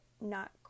not-